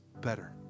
better